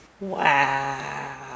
wow